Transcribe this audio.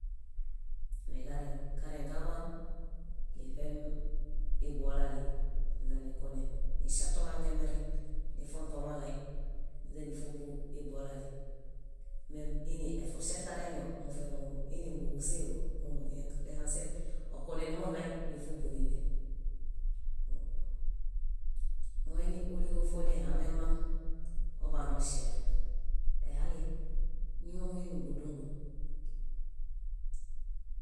. Niġareŋ karẽkaḃaan niṗem ibolali niźanikunen, niŝatoġaleŋgemereŋ, nifompa moɭãi, níźanifubu ibolali. Mem iniefurŝet karenio moṗe mómo, íniġuseġom mómom lesãsi okunenumuɭãi nífubuniḃe. Moini óliho dihamemaŋ oḃanoŝer. Ehaliem, míahuyemi, búdumbom.